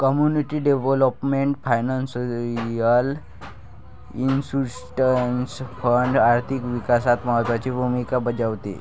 community development financial institution fund आर्थिक विकासात महत्त्वाची भूमिका बजावते